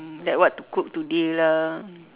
um like what to cook today lah